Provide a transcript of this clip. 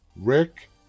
Rick